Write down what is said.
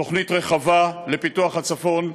תוכנית רחבה לפיתוח הצפון,